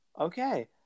Okay